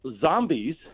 zombies